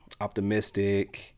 optimistic